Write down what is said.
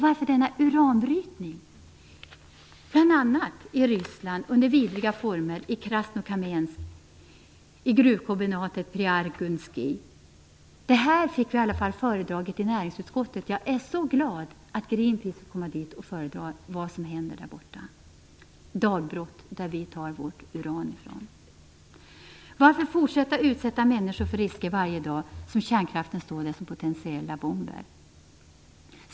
Varför denna uranbrytning bl.a. i Ryssland under vidriga former i Krasnokamiens, i gruvkombinatet Priargunskij. Det här fick vi i alla fall föredraget i näringsutskottet. Jag är så glad att Greenpeace får komma dit och föredra vad som händer där borta i det dagbrott som vi tar vårt uran från. Varför fortsätta att utsätta människor för risker varje dag som kärnkraften står där som potentiella bomber?